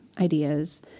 ideas